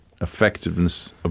effectiveness